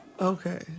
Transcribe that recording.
Okay